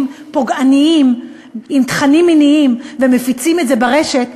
פוגעניים עם תכנים מיניים ומפיצים את זה ברשת,